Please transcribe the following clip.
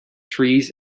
trees